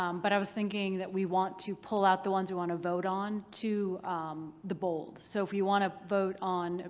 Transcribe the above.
um but i was thinking that we want to pull out the ones we want to vote on to um the bold. so if we want to vote on,